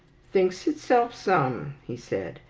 thinks itself some, he said,